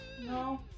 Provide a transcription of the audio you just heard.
no